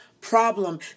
problem